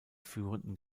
führenden